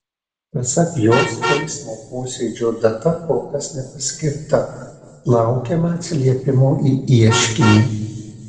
pasak jos teismo posėdžio data kol kas nepaskirta laukiama atsiliepimo į ieškinį